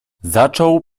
zaczął